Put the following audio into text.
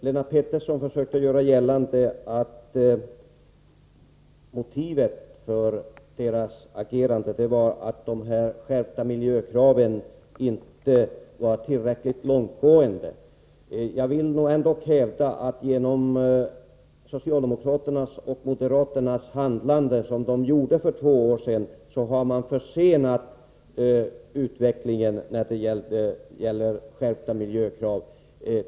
Lennart Pettersson försökte göra gällande att motivet för socialdemokraternas agerande var att de skärpta miljökraven inte var tillräckligt långtgående. Jag vill hävda att genom socialdemokraternas och moderaternas handlande för två år sedan har man försenat utvecklingen när det gäller skärpta miljökrav.